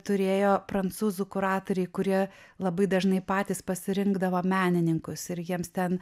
turėjo prancūzų kuratoriai kurie labai dažnai patys pasirinkdavo menininkus ir jiems ten